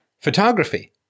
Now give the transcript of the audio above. Photography